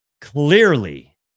Clearly